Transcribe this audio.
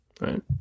Right